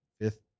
fifth